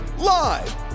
Live